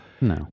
No